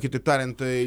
kitaip tariant tai